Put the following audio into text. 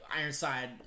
Ironside